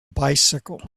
bicycle